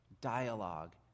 dialogue